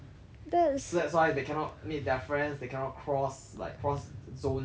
so that's why they cannot meet their friends they cannot cross like cross zoning as they call it